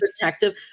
protective